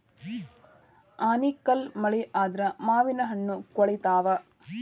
ಆನಿಕಲ್ಲ್ ಮಳಿ ಆದ್ರ ಮಾವಿನಹಣ್ಣು ಕ್ವಳಿತಾವ